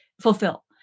fulfill